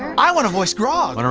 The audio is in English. i want to voice grog! i mean